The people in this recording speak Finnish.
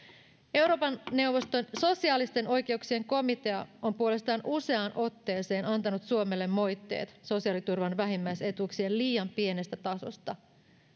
euroopan neuvoston sosiaalisten oikeuksien komitea on puolestaan useaan otteeseen antanut suomelle moitteet sosiaaliturvan vähimmäisetuuksien liian pienestä tasosta